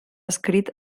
escrit